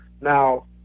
Now